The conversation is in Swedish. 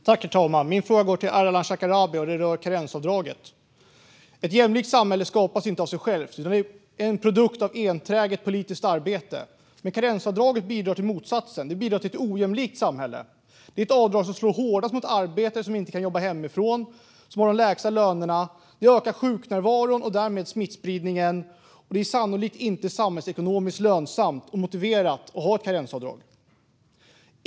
Herr talman! Min fråga går till Ardalan Shekarabi och rör karensavdraget. Ett jämlikt samhälle skapas inte av sig självt utan är en produkt av enträget politiskt arbete. Karensavdraget bidrar dock till motsatsen, ett ojämlikt samhälle. Det är ett avdrag som slår hårdast mot de arbetare som inte kan jobba hemifrån och har de lägsta lönerna. Det ökar dessutom sjuknärvaron och därmed smittspridningen. Det är sannolikt inte samhällsekonomiskt lönsamt och motiverat att ha ett karensavdrag.